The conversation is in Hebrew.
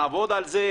נעבוד על זה,